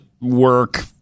work